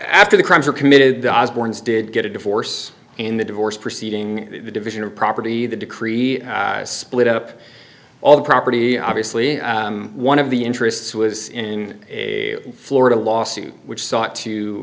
after the crimes were committed the osbournes did get a divorce in the divorce proceeding the division of property the decree split up all the property obviously one of the interests was in a florida lawsuit which sought to